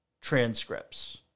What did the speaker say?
transcripts